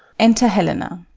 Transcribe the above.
enter helena